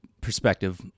perspective